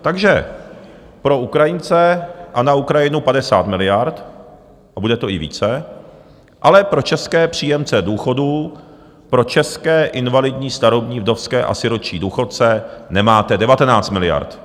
Takže pro Ukrajince a na Ukrajinu 50 miliard, a bude to i více, ale pro české příjemce důchodů, pro české invalidní, starobní, vdovské a sirotčí důchodce, nemáte 19 miliard.